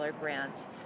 grant